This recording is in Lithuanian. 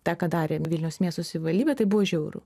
tą ką darė vilniaus miesto savivaldybė tai buvo žiauru